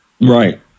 Right